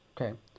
Okay